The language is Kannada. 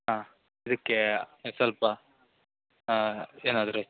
ಹಾಂ ಅದಕ್ಕೆ ಸ್ವಲ್ಪ ಏನಾದರು